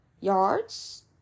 yards